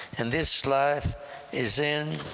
and this life is in